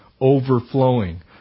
overflowing